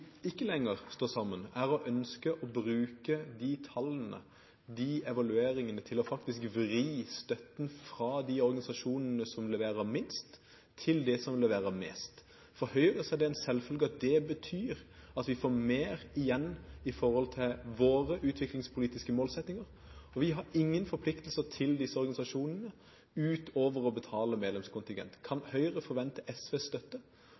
ikke lenger står sammen, er når det gjelder å ønske å bruke de tallene, de evalueringene, til faktisk å vri støtten fra de organisasjonene som leverer minst, til dem som leverer mest. For Høyre er det en selvfølge at det betyr at vi får mer igjen med hensyn til våre utviklingspolitiske målsettinger. Vi har ingen forpliktelser overfor disse organisasjonene utover å betale medlemskontingent. Kan Høyre forvente SVs støtte